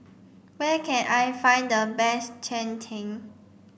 where can I find the best Cheng Tng